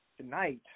tonight